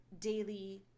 daily